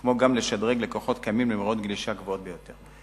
כמו גם לשדרג לקוחות קיימים למהירויות גלישה גבוהות ביותר.